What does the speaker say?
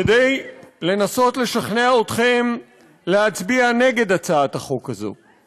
כדי לנסות לשכנע אתכם להצביע נגד הצעת החוק הזאת?